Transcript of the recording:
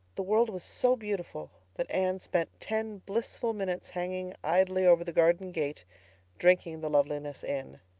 the world was so beautiful that anne spent ten blissful minutes hanging idly over the garden gate drinking the loveliness in.